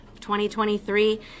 2023